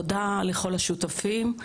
תודה לכל השותפים.